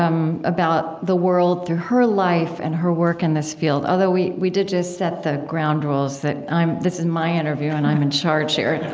um, about the world through her life, and her work in this field. although we we did just set the ground rules that i'm this is my interview and i'm in charge here if